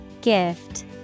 Gift